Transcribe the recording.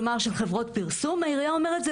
כלומר של חברות פרסום העירייה אומרת: זה